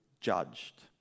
judged